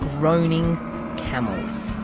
groaning camels.